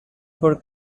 for